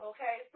Okay